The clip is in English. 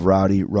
Rowdy